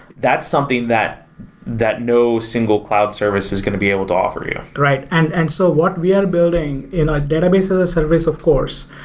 that's something that that no single cloud service is going to be able to offer you. right. and and so what we are building in a database as a service of course,